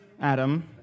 Adam